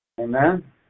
Amen